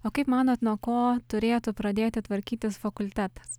o kaip manot nuo ko turėtų pradėti tvarkytis fakultetas